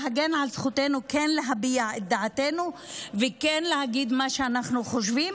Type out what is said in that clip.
להגן על זכותנו כן להביע את דעתנו וכן להגיד מה שאנחנו חושבים,